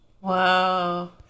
Wow